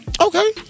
Okay